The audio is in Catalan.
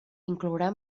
inclourà